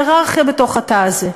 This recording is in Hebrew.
הייררכיה בתוך התא הזה.